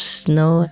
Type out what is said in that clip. snow